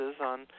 on